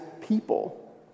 people